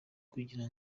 kugira